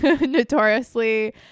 notoriously